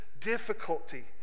difficulty